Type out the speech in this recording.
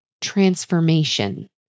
transformation